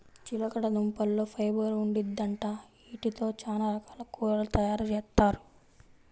చిలకడదుంపల్లో ఫైబర్ ఉండిద్దంట, యీటితో చానా రకాల కూరలు తయారుజేత్తారు